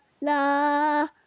la